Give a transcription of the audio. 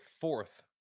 fourth